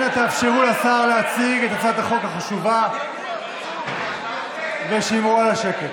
אנא תאפשרו לשר להציג את הצעת החוק החשובה ושמרו על השקט.